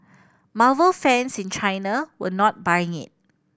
marvel fans in China were not buying it